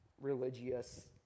religious